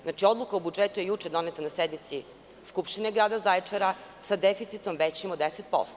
Znači, odluka o budžetu je juče doneta na sednici Skupštine grada Zaječara sa deficitom veći od 10%